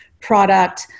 product